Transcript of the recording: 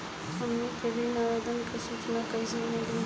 हमनी के ऋण आवेदन के सूचना कैसे मिली?